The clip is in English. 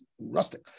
rustic